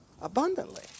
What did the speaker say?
Abundantly